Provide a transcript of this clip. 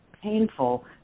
painful